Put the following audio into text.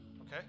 Okay